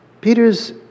Peter's